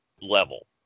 level